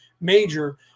major